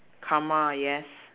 karma yes